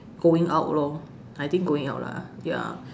going out lor I think going out lah ya